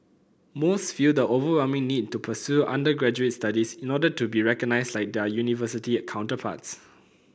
most feel the overwhelming need to pursue undergraduate studies in order to be recognised like their university counterparts